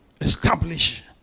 establish